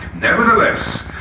Nevertheless